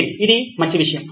నితిన్ ఇది మంచి విషయం